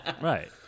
Right